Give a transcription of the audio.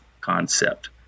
concept